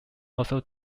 also